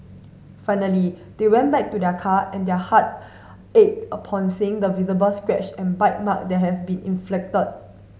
finally they went back to their car and their heart ached upon seeing the visible scratch and bite mark that had been inflicted